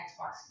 Xbox